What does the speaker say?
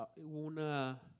una